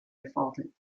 defaulted